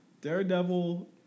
Daredevil